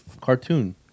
cartoon